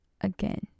again